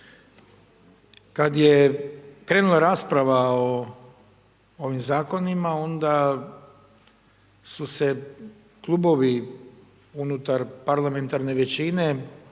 Kada je krenula rasprava o ovim zakonima, onda su se klubovi unutar parlamentarne većine